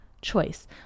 choice